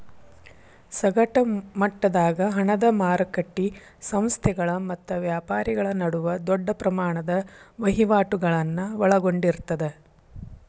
ಸಗಟ ಮಟ್ಟದಾಗ ಹಣದ ಮಾರಕಟ್ಟಿ ಸಂಸ್ಥೆಗಳ ಮತ್ತ ವ್ಯಾಪಾರಿಗಳ ನಡುವ ದೊಡ್ಡ ಪ್ರಮಾಣದ ವಹಿವಾಟುಗಳನ್ನ ಒಳಗೊಂಡಿರ್ತದ